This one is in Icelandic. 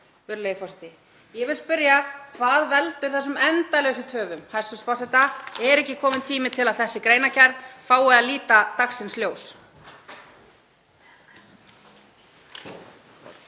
bréfi. Ég vil spyrja: Hvað veldur þessum endalausu töfum hæstv. forseta? Er ekki kominn tími til að þessi greinargerð fái að líta dagsins ljós?